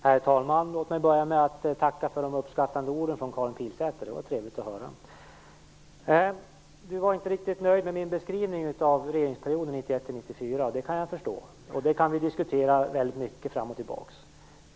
Herr talman! Låt mig börja med att tacka för de uppskattande orden från Karin Pilsäter. Det var trevligt att höra. Karin Pilsäter var inte riktigt nöjd med min beskrivning av regeringsperioden 1991-1994. Det kan jag förstå, och det kan vi diskutera väldigt mycket fram och tillbaka.